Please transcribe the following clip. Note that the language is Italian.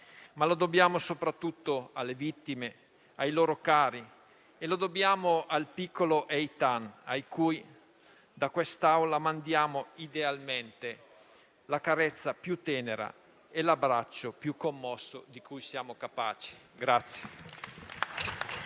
Lo dobbiamo soprattutto alle vittime e ai loro cari e lo dobbiamo al piccolo Eitan, a cui da quest'Aula mandiamo idealmente la carezza più tenera e l'abbraccio più commosso di cui siamo capaci.